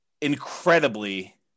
incredibly